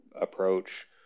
approach